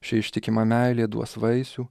ši ištikima meilė duos vaisių